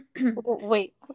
Wait